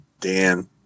Dan